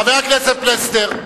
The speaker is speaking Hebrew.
חבר הכנסת פלסנר.